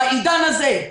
בעידן הזה,